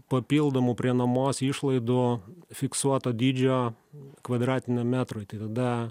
papildomų prie nuomos išlaidų fiksuoto dydžio kvadratinio metrui tai tada